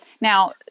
now